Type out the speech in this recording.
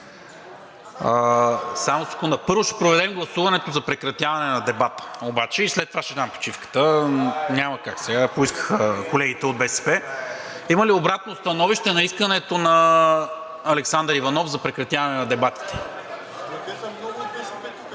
Първо ще проведем гласуването за прекратяване на дебата обаче и след това ще дам почивката. (Реплики.) Няма как, сега я поискаха колегите от БСП. Има ли обратно становище на искането на Александър Иванов за прекратяване на дебатите?